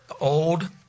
old